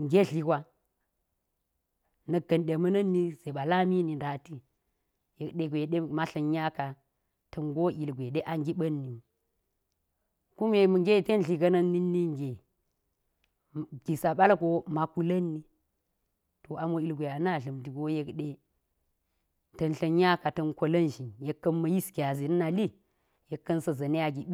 Nge dli gwa. na̱k ga̱n ɗe ma̱a̱ na̱n ni, ze ɓa lami ni ndati. yekɗe gwe ɗe maa tla̱nya ka ta̱n ngo ilgwe ɗe a ngiɓa̱n ni wu. kume ma̱a̱ nge ten dli ga̱ana̱a̱n na̱k ninge, gis a baldo aa kula̱n ni, to ami wo ilgwe a na dla̱mto go yekɗe ta̱a̱ tla̱nya ka ta̱a̱ kola̱n zin, yek ka̱n sa̱yis gyazi na̱ nali. yek ka̱n sa̱a za̱ni a giɓ,